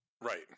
Right